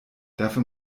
dafür